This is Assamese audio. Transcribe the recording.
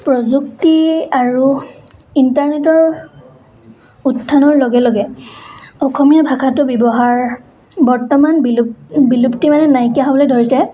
প্ৰযুক্তি আৰু ইণ্টাৰনেটৰ উত্থানৰ লগে লগে অসমীয়া ভাষাটো ব্যৱহাৰ বৰ্তমান বিলুপ্তি বিলুপ্তি মানে নাইকিয়া হ'বলৈ ধৰিছে